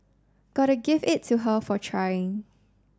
gotta give it to her for trying